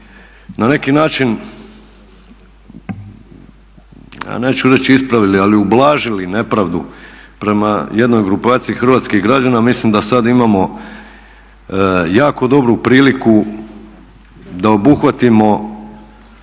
na neki način neću reći ispravili, ali ublažili nepravdu prema jednoj grupaciji hrvatskih građana, mislim da sad imamo jako dobru priliku da obuhvatimo